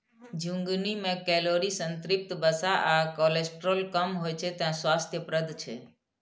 झिंगुनी मे कैलोरी, संतृप्त वसा आ कोलेस्ट्रॉल कम होइ छै, तें स्वास्थ्यप्रद छै